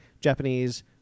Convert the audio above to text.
japanese